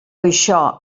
això